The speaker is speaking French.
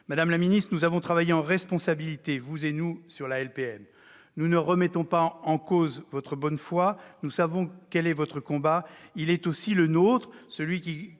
Madame la ministre, nous avons travaillé en responsabilité, vous et nous, sur la LPM. Nous ne remettons pas en cause votre bonne foi. Nous savons quel est votre combat, il est aussi le nôtre :